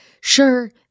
sure